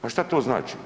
Pa šta to znači?